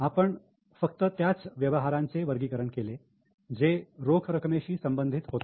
आपण फक्त त्याच व्यवहारांचे वर्गीकरण केले जे रोख रकमेशी संबंधित होते